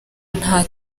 nta